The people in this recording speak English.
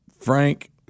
Frank